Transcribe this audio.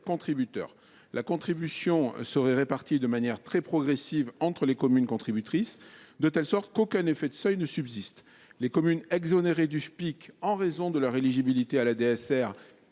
La contribution serait répartie de manière très progressive entre les communes contributrices, de telle sorte qu’aucun effet de seuil ne subsiste. Les communes exonérées du Fonds national de péréquation des